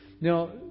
now